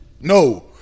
No